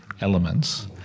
elements